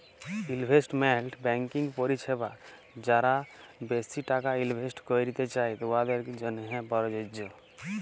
investment banking পরিছেবা যারা বেশি টাকা ইলভেস্ট ক্যইরতে চায়, উয়াদের জ্যনহে পরযজ্য